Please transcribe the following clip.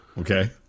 Okay